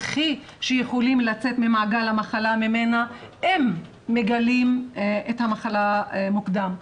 הכי יכולים לצאת מהמעגל שלה אם מגלים את המחלה מוקדם.